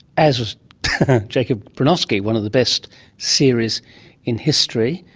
as was jacob bronowski, one of the best series in history,